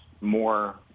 more